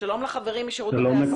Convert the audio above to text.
שלום לכולם.